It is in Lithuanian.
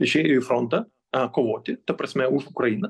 išėjo į frontą kovoti ta prasme už ukrainą